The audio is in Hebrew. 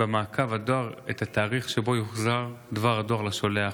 במעקב הדואר את התאריך שבו יוחזר דבר הדואר לשולח.